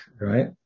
right